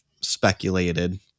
speculated